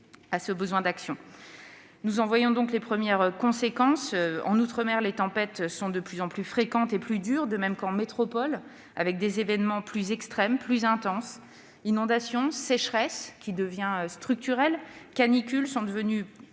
le besoin d'action. Nous en voyons donc les premières conséquences. En outre-mer, les tempêtes sont de plus en plus fréquentes et dures, de même qu'en métropole, avec des événements plus extrêmes, plus intenses : inondations, sécheresses structurelles, canicules sont devenues